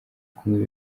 kunywa